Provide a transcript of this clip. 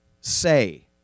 say